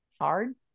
Hard